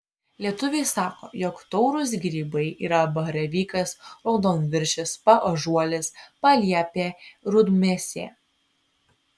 lietuviai sako jog taurūs grybai yra baravykas raudonviršis paąžuolis paliepė rudmėsė